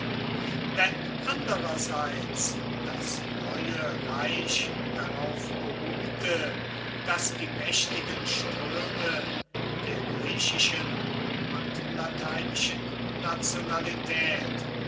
wenn andererseits das neue reich darauf beruhte daß die mächtigen ströme der griechischen und lateinischen nationalität